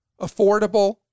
affordable